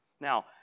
Now